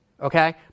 Okay